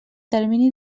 termini